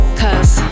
cause